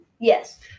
Yes